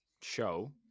show